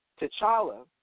T'Challa